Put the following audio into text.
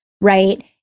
right